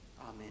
Amen